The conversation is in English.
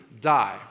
die